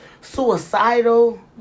suicidal